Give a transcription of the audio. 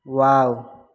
wow